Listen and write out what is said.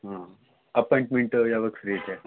ಹಾಂ ಅಪಾಯಿಂಟ್ಮೆಂಟ್ ಅವ್ರು ಯಾವಾಗ ಫ್ರೀ ಇದೆ